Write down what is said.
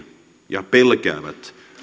ja pelkäävät